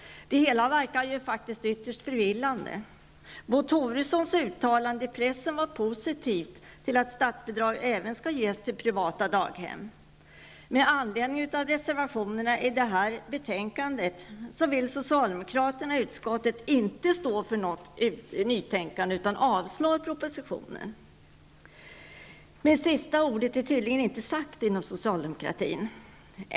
Det hela verkar ytterst förvirrande. Bo Toressons uttalande i pressen var positivt till att statsbidrag skall ges även till privata daghem. Reservationerna i betänkandet visar att socialdemokraterna i utskottet inte vill stå för något nytänkande, och de yrkar också avslag på propositionen. Sista ordet är tydligen inte sagt inom socialdemokratin.